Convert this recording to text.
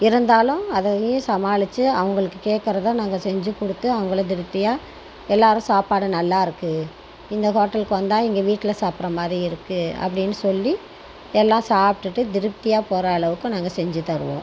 இருந்தாலும் அதையே சமாளித்து அவங்களுக்கு கேட்குறதை நாங்கள் செஞ்சு கொடுத்து அவங்கள திருப்தியா எல்லாரு சாப்பாடு நல்லாருக்கும் இந்த ஹோட்டல்க்கு வந்தால் எங்கள் வீட்டில் சாப்புடுற மாதிரி இருக்கும் அப்படின்னு சொல்லி எல்லா சாப்பிடுட்டு திருப்தியா போகிற அளவுக்கு நாங்கள் செஞ்சு தருவோம்